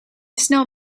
snel